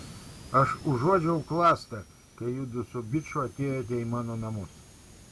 aš užuodžiau klastą kai judu su biču atėjote į mano namus